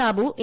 Sabu A